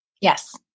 Yes